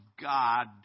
God